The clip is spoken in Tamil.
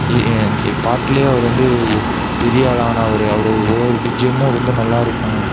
இ பாட்டுலேயே அவர் வந்து பெரியாளானவர் அவர் ஒரு ஒரு பீஜியமும் ரொம்ப நல்லாயிருக்கும்